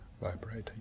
vibrating